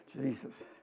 Jesus